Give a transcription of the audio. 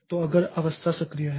तो अगर अवस्था सक्रिय है